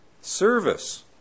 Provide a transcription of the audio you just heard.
Service